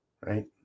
Right